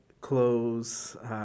clothes